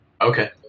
Okay